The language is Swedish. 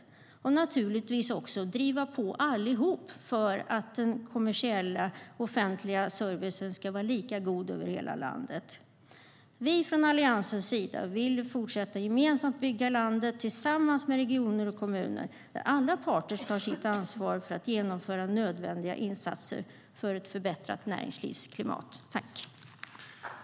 Naturligtvis behöver vi driva på allihop för att den kommersiella och offentliga servicen ska vara lika god i hela landet.(Beslut skulle fattas den 17 december.